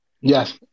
Yes